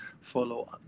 follow